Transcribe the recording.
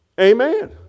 Amen